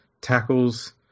tackles